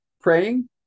praying